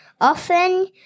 often